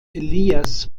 elias